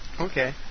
Okay